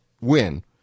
win